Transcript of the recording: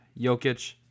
Jokic